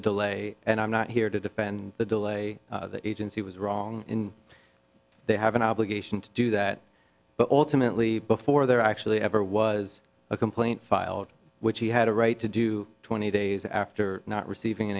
the delay and i'm not here to defend the delay the agency was wrong in they have an obligation to do that but ultimately before there actually ever was a complaint filed which he had a right to do twenty days after not receiving